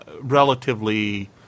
relatively